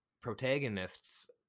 protagonists